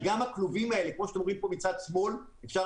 גם הכלובים האלה כמו שאתם רואים מצד שמאל אפשר